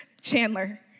Chandler